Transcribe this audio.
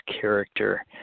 character